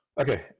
Okay